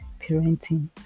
parenting